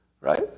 Right